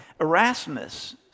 Erasmus